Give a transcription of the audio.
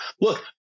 Look